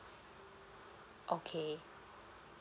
okay